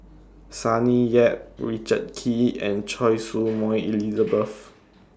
Sonny Yap Richard Kee and Choy Su Moi Elizabeth